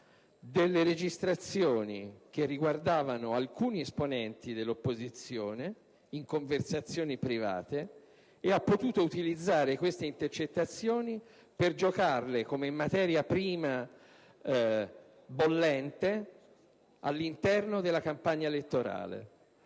delle registrazioni che riguardavano alcuni esponenti dell'opposizione in conversazioni private ed ha potuto utilizzare queste intercettazioni per giocarle come materia prima bollente all'interno della campagna elettorale.